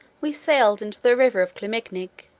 we sailed into the river of clumegnig,